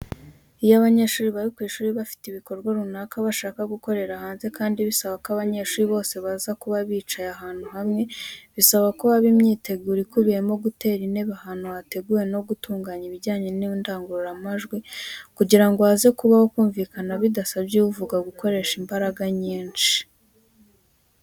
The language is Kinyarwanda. Iyo abanyeshuri bari ku ishuri bafite ibikorwa runaka bashaka gukorera hanze kandi bisaba ko abanyeshuri bose baza kuba bicaye ahantu hamwe, bisaba ko haba imyiteguro ikubiyemo gutera intebe ahantu hateguwe no gutunganya ibijyanye n'indangururamajwi kugira ngo haze kubaho kumvikana bidasabye uvuga gukoresha imbaraga nyinshi.